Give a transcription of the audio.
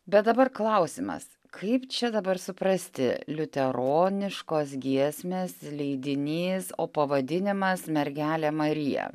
bet dabar klausimas kaip čia dabar suprasti liuteroniškos giesmės leidinys o pavadinimas mergelė marija